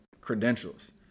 credentials